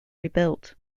rebuilt